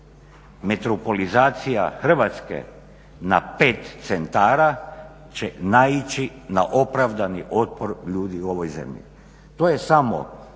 metropolizacija Hrvatske na pet centara će naići na opravdani otpor ljudi u ovoj zemlji.